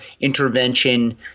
intervention